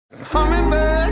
Hummingbird